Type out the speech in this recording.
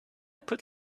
put